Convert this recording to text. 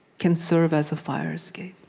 can serve as a fire escape?